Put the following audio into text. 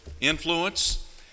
influence